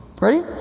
Ready